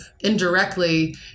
indirectly